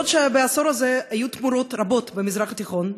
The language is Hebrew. בעוד שבעשור הזה היו תמורות רבות במזרח התיכון,